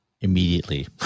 immediately